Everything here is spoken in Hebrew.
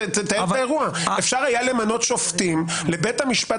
אפשר היה למנות שופטים לבית המשפט